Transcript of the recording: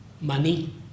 money